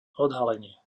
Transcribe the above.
odhalenie